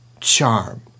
charm